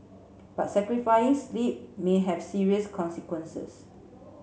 but sacrificing sleep may have serious consequences